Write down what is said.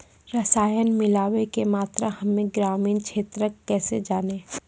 रसायन मिलाबै के मात्रा हम्मे ग्रामीण क्षेत्रक कैसे जानै?